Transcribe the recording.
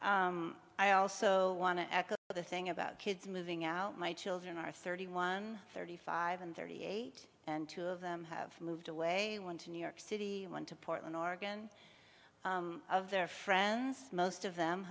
i also want to add but the thing about kids moving out my children are thirty one thirty five and thirty eight and two of them have moved away one to new york city one to portland oregon of their friends most of them